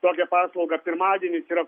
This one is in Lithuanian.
tokią paslaugą pirmadienis yra